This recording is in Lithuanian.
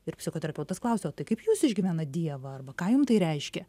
ir psichoterapeutas klausia o tai kaip jūs išgyvenat dievą arba ką jum tai reiškia